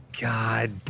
God